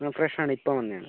അ ഫ്രഷാണ് ഇപ്പോൾ വന്നതാണ്